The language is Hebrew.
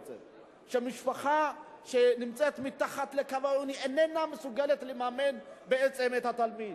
שמשפחה שנמצאת מתחת לקו העוני איננה מסוגלת לממן את התלמיד,